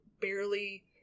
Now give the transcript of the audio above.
barely